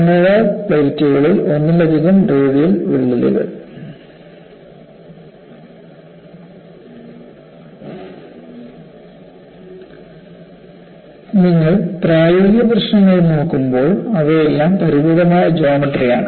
annular പ്ലേറ്റുകളിൽ ഒന്നിലധികം radial വിള്ളലുകൾ നിങ്ങൾ പ്രായോഗിക പ്രശ്നങ്ങൾ നോക്കുമ്പോൾ അവയെല്ലാം പരിമിതമായ ജോമട്രിയാണ്